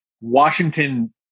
Washington